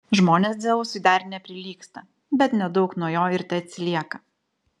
žmonės dzeusui dar neprilygsta bet nedaug nuo jo ir teatsilieka